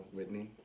Whitney